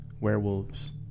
werewolves